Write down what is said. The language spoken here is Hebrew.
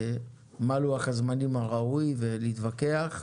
מה לוח הזמנים הראוי ולהתווכח,